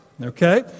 Okay